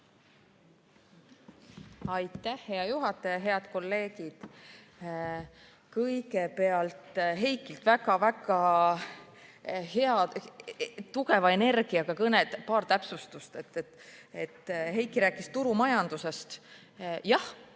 Aitäh, hea juhataja! Head kolleegid! Kõigepealt, Heikilt väga-väga hea ja tugeva energiaga kõne. Paar täpsustust. Heiki rääkis turumajandusest. Jah,